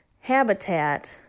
habitat